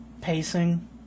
pacing